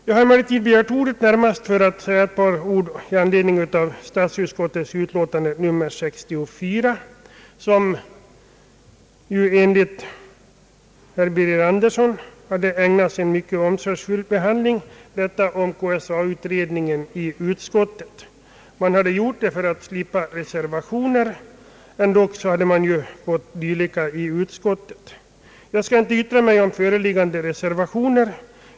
Jag har emellertid begärt ordet närmast för att säga något med anledning av statsutskottets utlåtande nr 64. Enligt herr Birger Andersson hade utskottet ägnat KSA-utredningens förslag en mycket omsorgsfull behandling. Man hade gjort det för att slippa reservationer, men det hade ändå blivit sådana. Jag skall inte yttra mig om föreliggande reservationer.